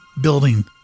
building